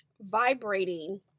vibrating